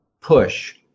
push